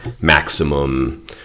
maximum